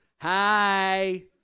Hi